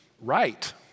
right